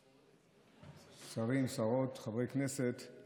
שרים, שרות, חברי כנסת,